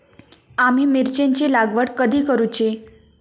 आम्ही मिरचेंची लागवड कधी करूची?